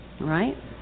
right